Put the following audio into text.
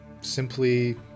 simply